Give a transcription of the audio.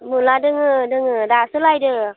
मुला दङ दङ दासो लायदों